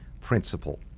Principle